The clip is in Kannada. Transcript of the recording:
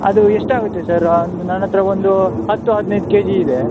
ಅದು ಎಷ್ಟಾಗುತ್ತೆ ಸರ್ ಅಂದು ನನ್ನತ್ರ ಒಂದು ಹತ್ತು ಹದಿನೈದು ಕೆ ಜಿ ಇದೆ